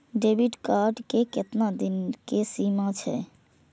Debit card के केतना दिन के सीमा छै?